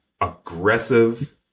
aggressive